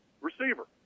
receiver